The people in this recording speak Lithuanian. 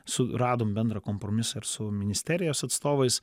suradom bendrą kompromisą ir su ministerijos atstovais